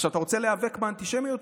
אתה רוצה להיאבק באנטישמיות?